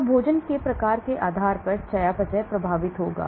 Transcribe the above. तो भोजन के प्रकार के आधार पर चयापचय प्रभावित होगा